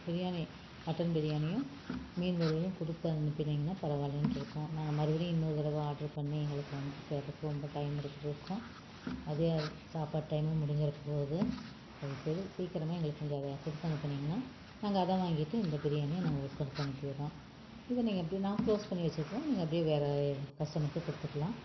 biryani mutton பிரியாணியும் மீன் வறுவலும் கொடுத்து அனுப்புனீங்கன்னால் பரவாயிலன்ட்ருக்கும் நாங்கள் மறுபடியும் இன்னொரு தடவை ஆர்டர் பண்ணி எங்களுக்கு வந்து சேர்றதுக்கு ரொம்ப டைம் எடுத்துகிட்ருக்கும் மதிய சாப்பாடு டைம்மே முடிஞ்சிடப் போகுது தயவுசெய்து சீக்கிரமே எங்களுக்கு கொஞ்சம் அதை கொடுத்து அனுப்புனீங்கன்னால் நாங்கள் அதை வாங்கிட்டு இந்த பிரியாணியை நாங்கள் உங்களுக்கு கொடுத்து அனுப்பிடுறோம் இதை நீங்கள் அப்படியே நான் கிளோஸ் பண்ணி வச்சிருக்கறோம் நீங்கள் அப்படியே வேற கஸ்டமருக்கு கொடுத்துக்கலாம்